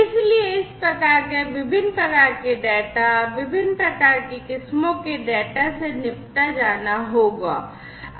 इसलिए इस प्रकार के विभिन्न प्रकार के डेटा विभिन्न प्रकार की किस्मों के डेटा से निपटा जाना होगा